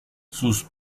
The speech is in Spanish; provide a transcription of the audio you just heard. sus